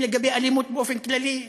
הם לגבי אלימות באופן כללי,